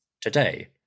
Today